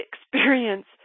experience